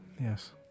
Yes